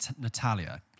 Natalia